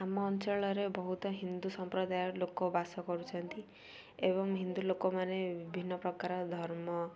ଆମ ଅଞ୍ଚଳରେ ବହୁତ ହିନ୍ଦୁ ସମ୍ପ୍ରଦାୟର ଲୋକ ବାସ କରୁଛନ୍ତି ଏବଂ ହିନ୍ଦୁ ଲୋକମାନେ ବିଭିନ୍ନ ପ୍ରକାର ଧର୍ମ